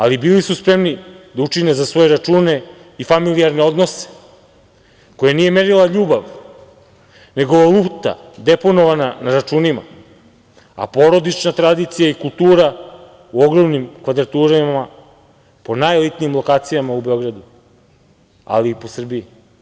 Ali, bili su spremni da učine za svoje račune u familijarne odnose koje nije merila ljubav, nego valuta deponovana na računima, a porodična tradicija i kultura u ogromnim kvadraturama po najelitnijim lokacijama u Beogradu, ali i po Srbiji.